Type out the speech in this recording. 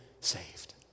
saved